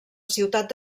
ciutat